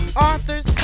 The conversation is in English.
authors